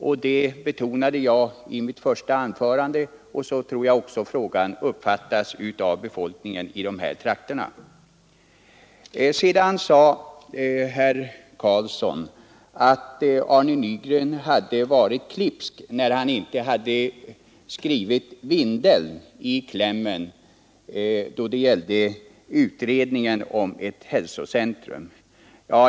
Jag betonade denna aspekt i mitt första anförande, och jag tror också att frågan uppfattas på det sättet av befolkningen i de berörda trakterna. Vidare sade herr Karlsson att herr Nygren hade varit klipsk, när han inte nämnt Vindeln i klämmen, som upptog krav på en utredning om hälsocentra.